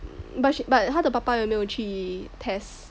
but she but 他的爸爸有没有去 test